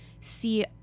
see